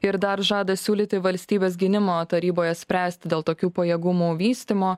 ir dar žada siūlyti valstybės gynimo taryboje spręsti dėl tokių pajėgumų vystymo